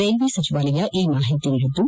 railway ಸಚಿವಾಲಯ ಈ ಮಾಹಿತಿ ನೀಡಿದ್ದು